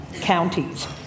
counties